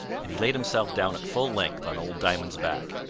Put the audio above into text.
and he laid himself down at full length on old diamond's back.